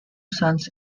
sons